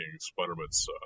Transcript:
Spider-Man's